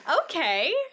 Okay